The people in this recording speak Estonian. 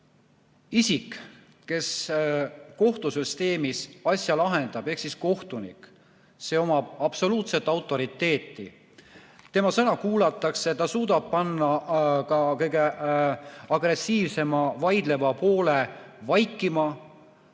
isik, kes kohtusüsteemis asja lahendab, ehk siis kohtunik, omab absoluutset autoriteeti, tema sõna kuulatakse, ta suudab panna ka kõige agressiivsema vaidleva poole vaikima.